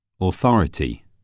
authority